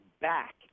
back